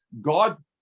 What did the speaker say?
God